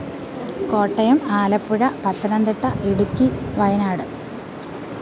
Kottayam Alappuzha Pathanamthitta Idukki Wayanad